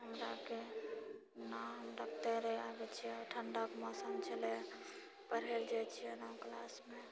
हमराके ना हमराके तैरै आबै छै ठण्डाके मौसम छलै पढ़ै लए जाइ छियै ने क्लासमे